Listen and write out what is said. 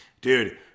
dude